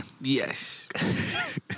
Yes